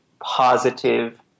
positive